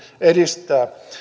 edistää